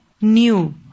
new